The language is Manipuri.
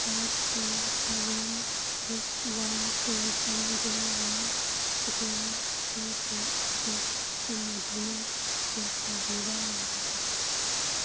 five two seven six one two seven zero one zero three two ꯑꯁꯤ ꯁꯤꯖꯤꯟꯅꯗꯨꯅ ꯆꯦꯛ ꯇꯧꯕꯤꯕ ꯌꯥꯒꯗ꯭ꯔꯥ